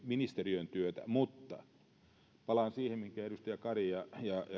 ministeriön työtä kylläkin mutta palaan siihen minkä edustaja kari ja